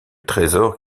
trésor